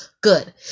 good